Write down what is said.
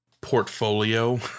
portfolio